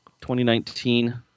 2019